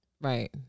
Right